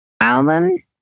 album